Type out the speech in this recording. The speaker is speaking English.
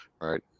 right